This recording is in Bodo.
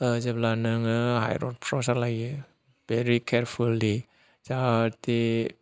जेब्ला नोङो हाइरड फ्राव सालायो भेरि केयारफुलि जाहाथे